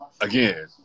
again